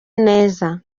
ineza